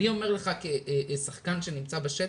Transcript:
אני אומר לך כשחקן שנמצא בשטח,